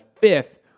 fifth